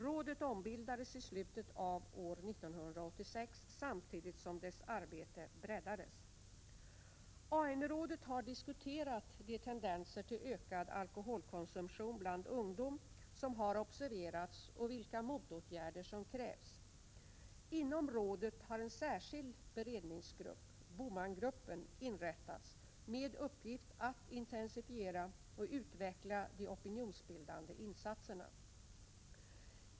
Rådet ombildades i slutet av år 1986 samtidigt som dess arbete breddades. AN-rådet har diskuterat de tendenser till ökad alkoholkonsumtion bland ungdom som har observerats och vilka motåtgärder som krävs. Inom rådet har en särskild beredningsgrupp inrättats med uppgift att intensifiera och utveckla de opinionsbildande insatserna.